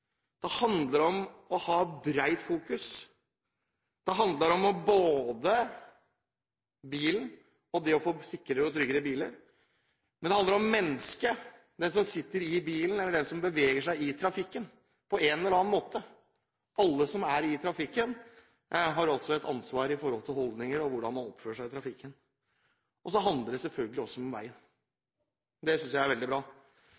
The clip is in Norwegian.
det handler om å ha bredt fokus, det handler om bilen og det å få sikrere og tryggere biler, men det handler om mennesket. Den som sitter i bilen, er vel den som beveger seg i trafikken på en eller annen måte. Alle som er i trafikken, har også et ansvar når det gjelder holdninger og hvordan man oppfører seg i trafikken. Så handler det selvfølgelig også om veien. Det synes jeg er veldig bra.